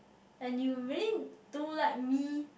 and you really don't like me